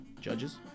Judges